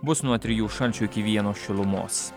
bus nuo trijų šalčio iki vieno šilumos